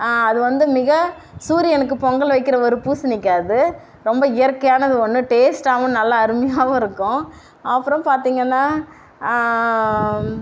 அது வந்து மிக சூரியனுக்குப் பொங்கல் வைக்கிற ஒரு பூசணிக்காய் அது ரொம்ப இயற்கையானது ஒன்று டேஸ்ட்டாகவும் நல்லா அருமையாகவும் இருக்கும் அப்புறம் பார்த்திங்கன்னா